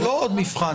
זה לא עוד מבחן.